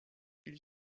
ils